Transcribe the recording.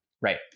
Right